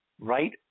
right